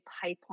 pipeline